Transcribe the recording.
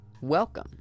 Welcome